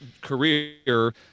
career